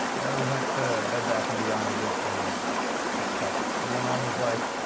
we went to bed, bath and beyond to get some some stuff, and my mom was like,